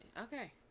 Okay